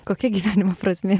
kokia gyvenimo prasmė